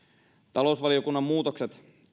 talousvaliokunnan muutokset